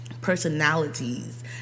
personalities